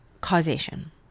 causation